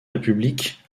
république